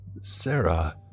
Sarah